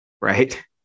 right